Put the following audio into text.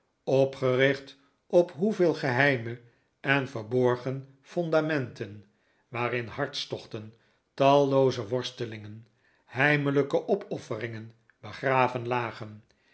opgericht op hoeveel geheime en verborgen fondamenten waarin hartstochten tallooze worstelingen heimelijke opofferingen begraven lagen